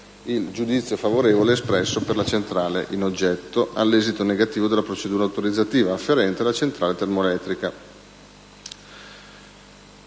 il giudizio favorevole espresso per la centrale in oggetto all'esito negativo della procedura autorizzativa, afferente altra centrale termoelettrica.